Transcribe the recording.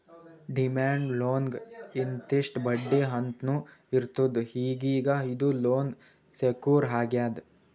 demand ಲೋನ್ಗ್ ಇಂತಿಷ್ಟ್ ಬಡ್ಡಿ ಅಂತ್ನೂ ಇರ್ತದ್ ಈಗೀಗ ಇದು ಲೋನ್ ಸೆಕ್ಯೂರ್ ಆಗ್ಯಾದ್